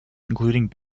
including